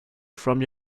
from